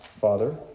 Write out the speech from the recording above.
Father